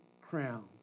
crown